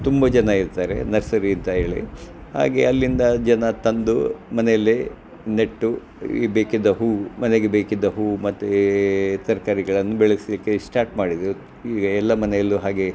ತುಂಬ ಜನ ಇರ್ತಾರೆ ನರ್ಸರಿ ಅಂತ ಹೇಳಿ ಹಾಗೆ ಅಲ್ಲಿಂದ ಜನ ತಂದು ಮನೆಯಲ್ಲಿ ನೆಟ್ಟು ಈ ಬೇಕಿದ್ದ ಹೂವು ಮನೆಗೆ ಬೇಕಿದ್ದ ಹೂವು ಮತ್ತು ಈ ತರಕಾರಿಗಳನ್ನು ಬೆಳೆಸಲಿಕ್ಕೆ ಸ್ಟಾರ್ಟ್ ಮಾಡಿದರು ಹೀಗೆ ಎಲ್ಲ ಮನೆಯಲ್ಲೂ ಹಾಗೆ